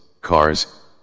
cars